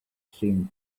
seemed